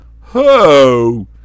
Ho